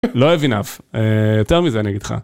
לא הב אינאף, יותר מזה אני אגיד לך.